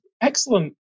excellent